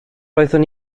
oeddwn